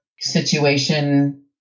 situation